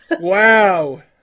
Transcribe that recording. Wow